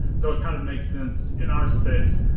so it kind of makes sense in our space.